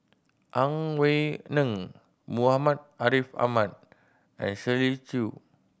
Ang Wei Neng Muhammad Ariff Ahmad and Shirley Chew